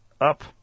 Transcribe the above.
up